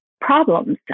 problems